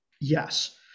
Yes